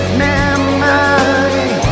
memory